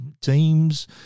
teams